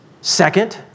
Second